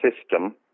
system